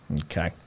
Okay